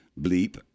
bleep